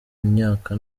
imyaka